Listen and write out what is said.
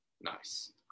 Nice